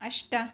अष्ट